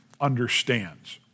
understands